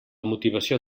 motivació